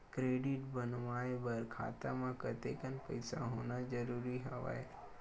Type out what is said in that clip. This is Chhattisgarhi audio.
क्रेडिट बनवाय बर खाता म कतेकन पईसा होना जरूरी हवय?